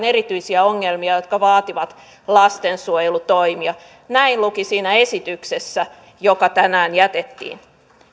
erityisiä ongelmia jotka vaativat lastensuojelutoimia näin luki siinä esityksessä joka tänään jätettiin